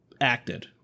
acted